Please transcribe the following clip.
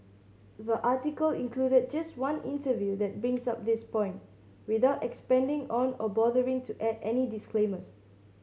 the article included just one interview that brings up this point without expanding on or bothering to add any disclaimers